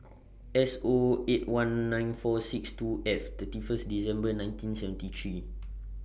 S O eight one nine four six two F thirty First December nineteen seventy three